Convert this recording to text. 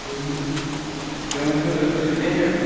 تُہۍ ؤنۍتَو مےٚ تُہۍ ؤنۍتَو مےٚ تُہۍ چھُوا شُپین پیٚٹھ